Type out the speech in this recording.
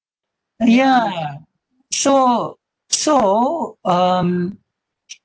ya so so um